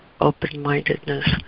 open-mindedness